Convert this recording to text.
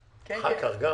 --- אחר כך גם.